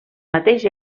mateix